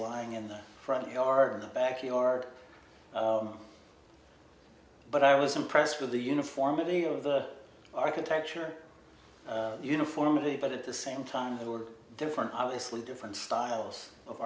lying in the front yard in the backyard but i was impressed with the uniformity of the architecture uniformity but at the same time the order different obviously different styles of